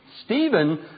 Stephen